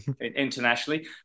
internationally